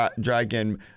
dragon